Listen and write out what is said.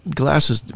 glasses